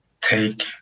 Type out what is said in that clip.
take